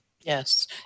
Yes